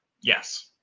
Yes